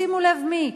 שימו לב מי,